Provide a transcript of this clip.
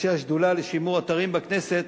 ראשי השדולה לשימור אתרים בכנסת,